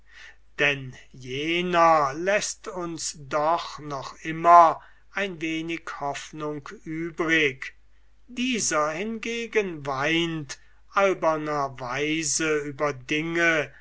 denn jener läßt uns doch noch immer ein wenig hoffnung übrig dieser hingegen weint alberner weise über dinge